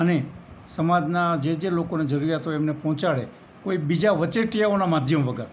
અને સમાજનાં જે જે લોકોને જરૂરિયાત હોય એમને પહોંચાડે કોઈ બીજા વચેટિયાઓનાં માધ્યમ વગર